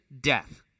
death